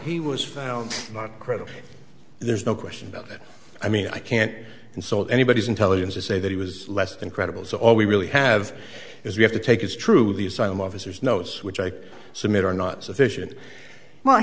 he was found not credible there's no question about it i mean i can't insult anybody's intelligence to say that he was less than credible so all we really have is we have to take it's true the asylum officers knows which i submit are not sufficient well